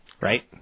right